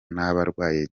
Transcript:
n’abarwaye